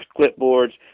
clipboards